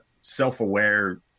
self-aware